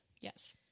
Yes